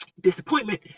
disappointment